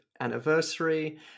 anniversary